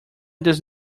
does